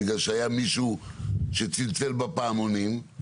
בגלל שהיה מישהו שצלצל בפעמונים.